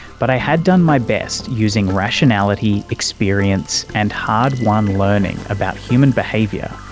but i had done my best using rationality, experience and hard-won learning about human behaviour,